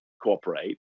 cooperate